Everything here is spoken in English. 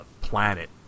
planet